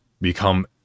become